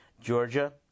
georgia